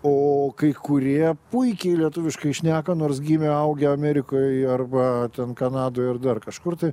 o kai kurie puikiai lietuviškai šneka nors gimę augę amerikoj arba kanadoj ar dar kažkur tai